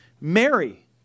Mary